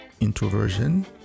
introversion